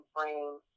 frame